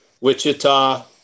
Wichita